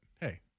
hey